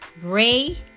gray